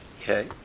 okay